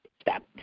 Stop